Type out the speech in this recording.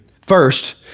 First